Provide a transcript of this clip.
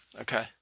Okay